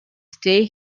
stay